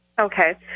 Okay